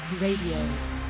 Radio